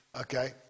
okay